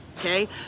Okay